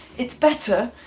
it's better,